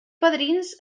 padrins